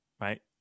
right